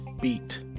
beat